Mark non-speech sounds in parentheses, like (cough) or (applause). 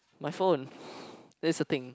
my phone (breath) that's the thing